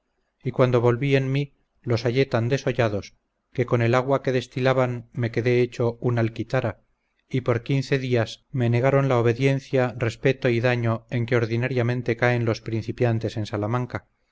y cuando volví en mí los hallé tan desollados que con el agua que destilaban me quedé hecho un alquitara y por quince días me negaron la obediencia respeto daño y en que ordinariamente caen los principiantes en salamanca